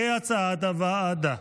כהצעת הוועדה.